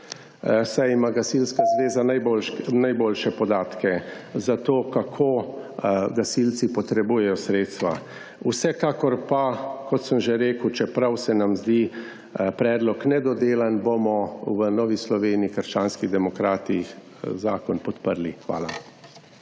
saj ima Gasilska zveza najboljše podatke za to kako gasilci potrebujejo sredstva. Vsekakor pa, kot sem že rekel, čeprav se nam zdi predlog nedodelan, bomo v Novi Sloveniji-Krščanski demokratih zakon podprli. Hvala.